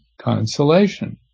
consolation